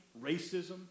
racism